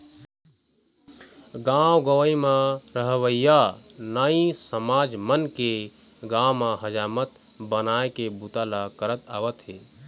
गाँव गंवई म रहवइया नाई समाज मन के गाँव म हजामत बनाए के बूता ल करत आवत हे